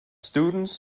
students